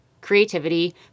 creativity